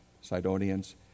Sidonians